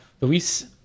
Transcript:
Luis